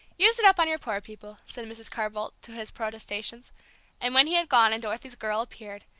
use it up on your poor people, said mrs. carr-boldt, to his protestations and when he had gone, and dorothy's girl appeared,